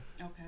Okay